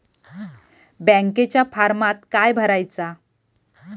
बँकेच्या फारमात काय भरायचा?